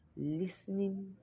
listening